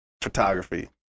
photography